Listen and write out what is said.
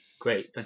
Great